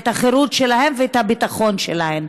את החירות שלהן ואת הביטחון שלהן.